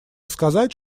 сказать